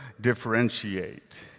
differentiate